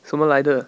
什么来的